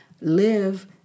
live